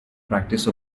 practice